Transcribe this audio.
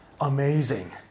Amazing